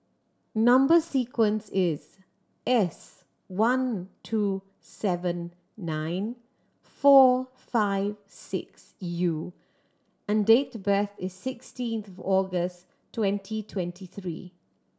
number sequence is S one two seven nine four five six U and date birth is sixteen August twenty twenty three